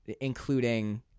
including –